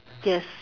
yes